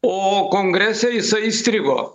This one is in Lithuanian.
o kongrese jisai įstrigo